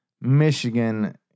Michigan